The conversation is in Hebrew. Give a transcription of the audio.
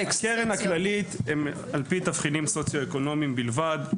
בקרן הכללית הם על פי תבחינים סוציו-אקונומיים בלבד,